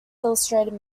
illustrated